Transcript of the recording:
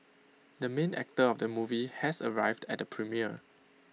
the main actor of the movie has arrived at the premiere